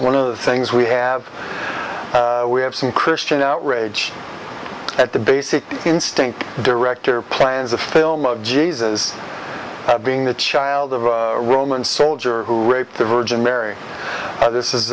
one of the things we have we have some christian outrage at the basic instinct director plans a film of jesus being the child of a roman soldier who raped the virgin mary and this is